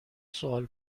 سوال